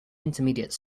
intermediate